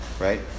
right